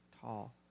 tall